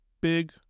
big